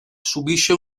subisce